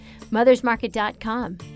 mothersmarket.com